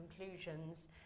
conclusions